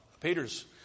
Peter's